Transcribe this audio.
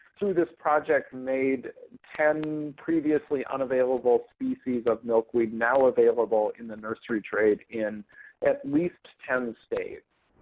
through this project, made ten previously unavailable species of milkweed now available in the nursery trade in at least ten states.